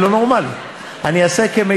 חושב שזה לא נכון להאריך לתקופה ארוכה כל כך,